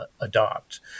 adopt